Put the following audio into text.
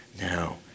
now